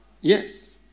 Yes